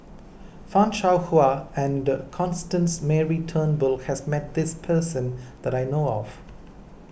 Fan Shao Hua and Constance Mary Turnbull has met this person that I know of